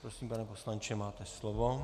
Prosím, pane poslanče, máte slovo.